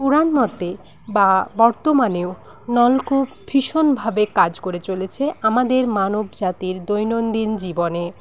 পুরাণ মতে বা বর্তমানেও নলকূপ ভীষণ ভাবে কাজ করে চলেছে আমাদের মানবজাতির দৈনন্দিন জীবনে